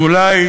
ואולי